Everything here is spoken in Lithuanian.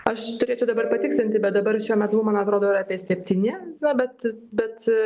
aš turėčiau dabar patikslinti bet dabar šiuo metu man atrodo yra apie septyni na bet bet